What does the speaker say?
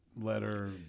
letter